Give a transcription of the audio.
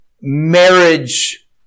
marriage